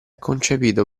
concepito